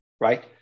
right